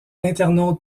internautes